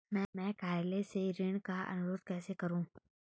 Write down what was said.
मैं कार्यालय से ऋण का अनुरोध कैसे करूँ?